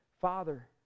Father